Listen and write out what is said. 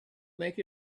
make